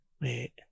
Wait